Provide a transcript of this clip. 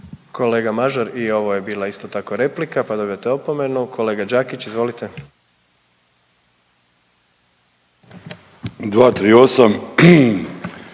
Kolega Mažar i ovo je bila isto tako replika pa dobivate opomenu. Kolega Đakić izvolite. **Đakić, Josip